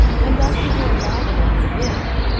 and after her arrival at new-york,